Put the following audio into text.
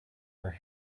her